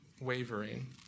wavering